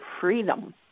freedom